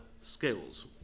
skills